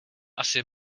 asi